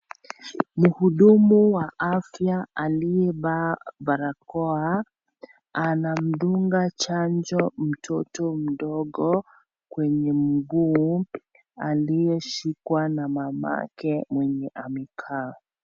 Mhudumu wa afya aliyevaa barakoa, anamdunga chanjo mtoto mdogo kwenye mguu aliyeshikwa na mamake mwenye amekaa.